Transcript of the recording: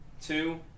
two